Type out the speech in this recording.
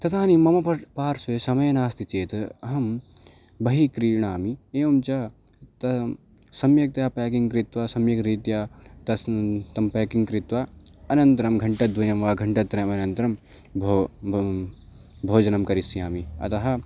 तदानीं मम प् पार्श्वे समयं नास्ति चेत् अहं बहिः क्रीणामि एवं च त सम्यक्तया प्याकिङ्ग् कृत्वा सम्यग्रीत्या तस्य तं प्याकिङ्ग् कृत्वा अनन्तरं घण्टाद्वयं वा घण्टात्रयं वा अनन्तरं भो ब् भोजनं करिष्यामि अतः